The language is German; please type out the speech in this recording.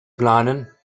planen